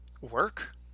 work